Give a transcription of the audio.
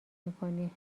میکنی